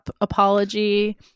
apology